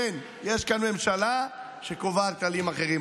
כן, יש כאן ממשלה שקובעת כללים אחרים.